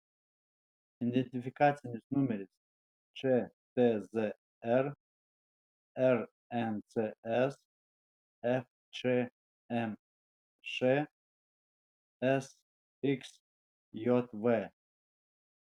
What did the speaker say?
identifikacinis numeris čtzr rncs fčmš sxjv